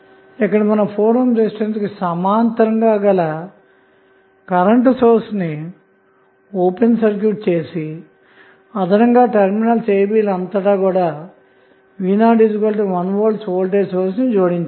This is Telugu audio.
ఇక్కడ మనం 4 ohm రెసిస్టెన్స్ కి సమాంతరంగా గల కరెంటు సోర్స్ ని ఓపెన్ సర్క్యూట్ చేసి అదనంగా టెర్మినల్స్ a b లు అంతటా v01 volt వోల్టేజ్ సోర్స్ ని జోడించాము